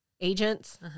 agents